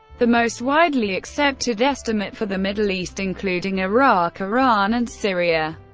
the most widely accepted estimate for the middle east, including iraq, iran and syria,